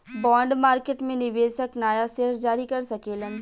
bond market में निवेशक नाया शेयर जारी कर सकेलन